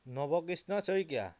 Nabakrishna Saikia